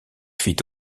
fit